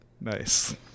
Nice